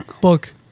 book